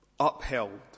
upheld